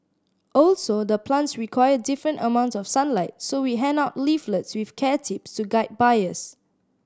also the plants require different amounts of sunlight so we hand out leaflets with care tips to guide buyers